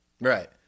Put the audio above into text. right